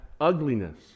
ugliness